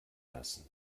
lassen